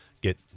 get